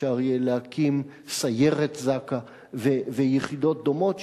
אפשר יהיה להקים סיירת זק"א ויחידות דומות,